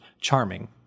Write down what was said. charming